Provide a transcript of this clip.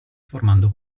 formando